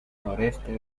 noreste